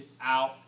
out